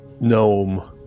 gnome